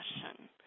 question